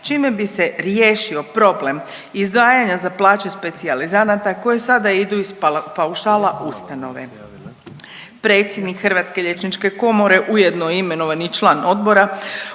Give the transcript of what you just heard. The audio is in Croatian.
čime bi se riješio problem izdvajanja za plaće specijalizanata koje sada idu iz paušala ustanove. Predsjednik Hrvatske liječnike komore ujedno i imenovani član odbora